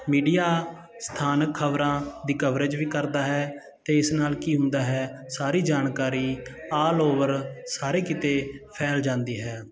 media ਸਥਾਨਕ ਖ਼ਬਰਾਂ ਦੀ ਕਵਰੇਜ ਵੀ ਕਰਦਾ ਹੈ ਅਤੇ ਇਸ ਨਾਲ ਕੀ ਹੁੰਦਾ ਹੈ ਸਾਰੀ ਜਾਣਕਾਰੀ ਆਲ ਓਵਰ ਸਾਰੇ ਕਿਤੇ ਫੈਲ ਜਾਂਦੀ ਹੈ